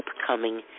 upcoming